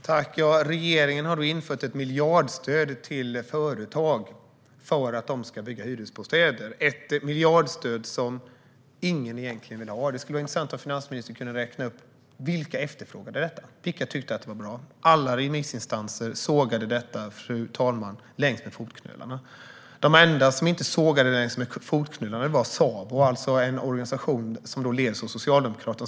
Fru talman! Regeringen har infört ett miljardstöd till företag för att de ska bygga hyresbostäder. Det är ett miljardstöd som egentligen ingen vill ha. Det vore intressant om finansministern kunde räkna upp vilka som efterfrågade detta och tyckte att det var bra. Alla remissinstanser sågade det jäms med fotknölarna, fru talman. Den enda instans som inte sågade förslaget jäms med fotknölarna var Sabo, det vill säga en organisation som leds av Socialdemokraterna.